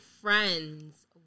friends